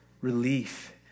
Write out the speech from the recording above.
relief